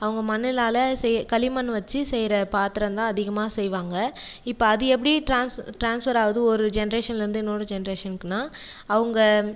அவங்க மண்ணுலாம் செய் களிமண் வச்சு செய்கிற பாத்திரம் தான் அதிகமாக செய்வாங்கள் இப்போ அது எப்படி ட்ரான்ஸ் ட்ரான்ஸ்ஃபர் ஆகுது ஒரு ஜென்ரேஷன்லருந்து இன்னோரு ஜென்ரேஷன்க்குனா அவங்கள்